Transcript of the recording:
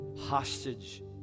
hostage